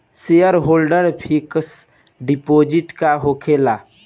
Shareholder fix deposit का होखे ला?